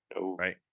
Right